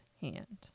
hand